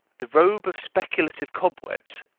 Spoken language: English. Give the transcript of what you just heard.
the robe of speculative cobwebs,